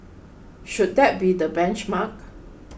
should that be the benchmark